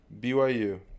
BYU